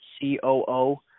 COO